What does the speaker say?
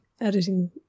editing